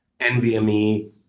nvme